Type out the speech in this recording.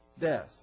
death